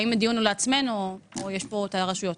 האם הדיון הוא לעצמנו או יש פה הרשויות?